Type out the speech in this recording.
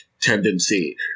tendency